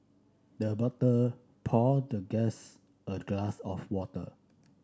the butler poured the guest a glass of water